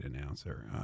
announcer